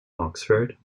oxford